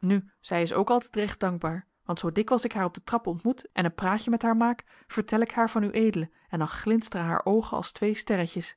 nu zij is ook altijd recht dankbaar want zoo dikwijls ik haar op de trap ontmoet en een praatje met haar maak vertel ik haar van ued en dan glinsteren haar oogen als twee sterretjes